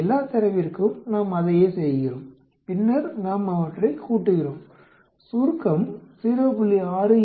எல்லா தரவிற்கும் நாம் அதையே செய்கிறோம்பின்னர் நாம் அவற்றை கூட்டுகிறோம் சுருக்கம் 0